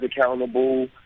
accountable